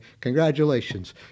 Congratulations